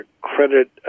credit